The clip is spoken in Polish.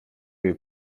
jej